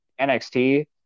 NXT